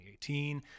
2018